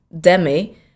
demi